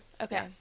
okay